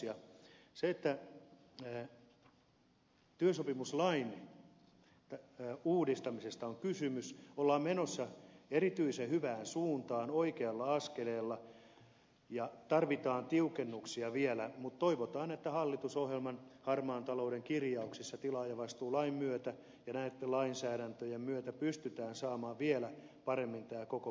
ja työsopimuslain uudistamisesta on kysymys ollaan menossa erityisen hyvään suuntaan oikealla askeleella ja tarvitaan tiukennuksia vielä mutta toivotaan että hallitusohjelman harmaan talouden kirjauksissa tilaajavastuulain myötä ja näitten lainsäädäntöjen myötä pystytään saamaan vielä paremmin tämä koko paketti kasaan